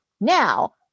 Now